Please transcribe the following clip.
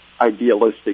idealistic